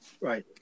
right